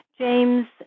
James